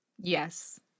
Yes